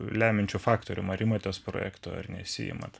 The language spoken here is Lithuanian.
lemiančiu faktorium ar imatės projekto ir nesiimat